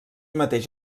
mateix